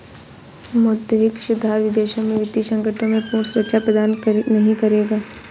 मौद्रिक सुधार विदेशों में वित्तीय संकटों से पूर्ण सुरक्षा प्रदान नहीं करेगा